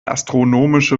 astronomische